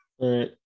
Right